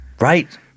Right